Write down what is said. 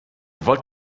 wollt